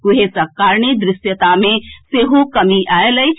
कुहेसक कारणे दृश्यता मे सेहो कमी आएल अछि